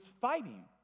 fighting